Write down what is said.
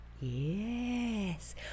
Yes